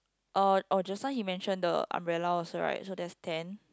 uh oh just now he mentioned the umbrella also right so there's ten